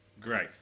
Great